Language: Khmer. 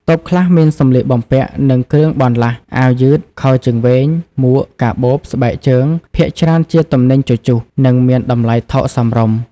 តូបខ្លះមានសម្លៀកបំពាក់ និងគ្រឿងបន្លាស់ អាវយឺត ខោជើងវែង មួក កាបូប ស្បែកជើង ភាគច្រើនជាទំនិញជជុះ និងមានតម្លៃថោកសមរម្យ ។